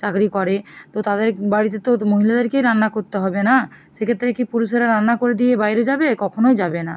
চাকরি করে তো তাদের বাড়িতে তো মহিলাদেরকেই রান্না করতে হবে না সেক্ষেত্রে কি পুরুষেরা রান্না করে দিয়ে বাইরে যাবে কখনোই যাবে না